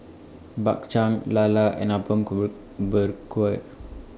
Bak Chang Lala and Apom group Berkuah